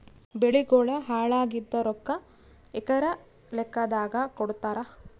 ಬೆಳಿಗೋಳ ಹಾಳಾಗಿದ ರೊಕ್ಕಾ ಎಕರ ಲೆಕ್ಕಾದಾಗ ಕೊಡುತ್ತಾರ?